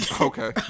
Okay